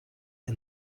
and